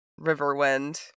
Riverwind